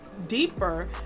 deeper